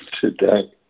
today